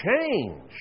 change